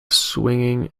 swinging